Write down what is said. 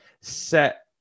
set